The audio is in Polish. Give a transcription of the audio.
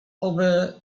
owe